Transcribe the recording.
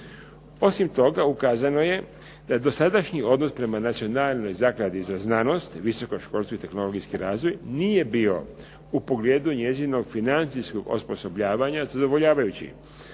Osim toga ukazano je da dosadašnji odnos prema Nacionalnoj zakladi za znanost, visokom školstvu i tehnologijski razvoj nije bio u pogledu njezinog financijskog osposobljavanja zadovoljavajući,